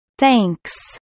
Thanks